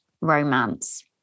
romance